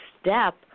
step